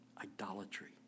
idolatry